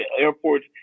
airports